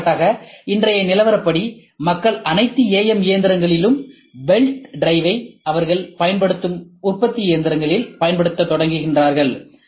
எடுத்துக்காட்டாக இன்றைய நிலவரப்படி மக்கள் அனைத்து AM இயந்திரங்களிலும் பெல்ட் டிரைவை அவர்கள் பயன்படுத்தும் உற்பத்தி இயந்திரங்களில் பயன்படுத்தத் தொடங்குகிறார்கள்